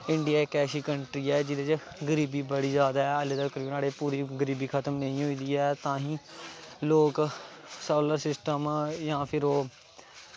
India country इक ऐसी ऐ जित्थें हलें तक बी गरीबी बड़ी जैदा ऐ पूरी गरीबी खत्म नेईं होई दी ऐ तां ही लोग सोलर सिस्टम जां फिर